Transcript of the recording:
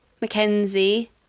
Mackenzie